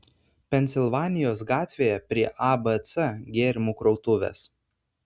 pensilvanijos gatvėje prie abc gėrimų krautuvės